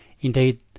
Indeed